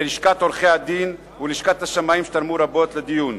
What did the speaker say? ללשכת עורכי-הדין וללשכת השמאים שתרמו רבות לדיון,